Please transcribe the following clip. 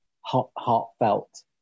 heartfelt